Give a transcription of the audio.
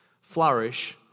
flourish